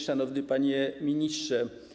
Szanowny Panie Ministrze!